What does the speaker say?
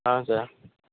ஆ sir